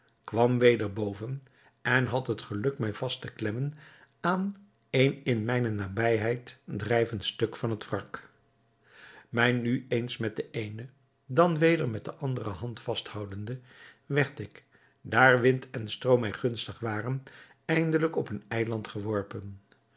kwam weder boven en had het geluk mij vast te klemmen aan een in mijne nabijheid drijvend stuk van het wrak mij nu eens met de eene dan weder met de andere hand vasthoudende werd ik daar wind en stroom mij gunstig waren eindelijk op een eiland geworpen